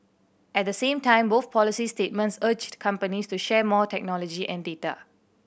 at the same time both policy statements urged companies to share more technology and data